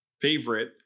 favorite